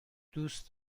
دوست